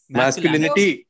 masculinity